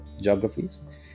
geographies